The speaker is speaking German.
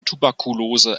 tuberkulose